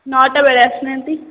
ନଅଟା ବେଳେ ଆସୁ ନାହାନ୍ତି